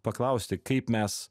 paklausti kaip mes